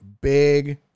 big